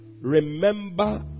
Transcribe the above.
remember